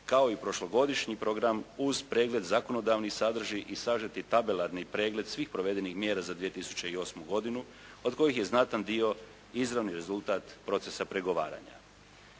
kao i prošlogodišnji program uz pregled zakonodavnih sadrži i sažeti tabelarni pregled svih provedenih mjera za 2008. godinu, od kojih je znatan dio izravni rezultat procesa pregovaranja.